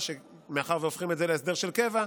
מאחר שהופכים את זה להסדר של קבע,